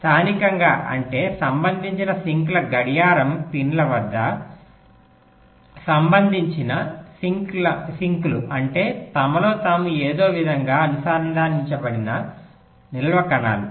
స్థానికంగా అంటే సంబంధిత సింక్ల గడియారం పిన్ల వద్ద సంబంధిత సింక్లు అంటే తమలో తాము ఏదో విధంగా అనుసంధానించబడిన నిల్వ కణాలు